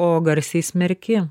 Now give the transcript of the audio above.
o garsiai smerki